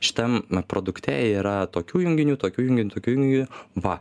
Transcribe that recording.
šitam na produkte yra tokių junginių tokių junginių tokių junginių va